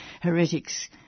heretics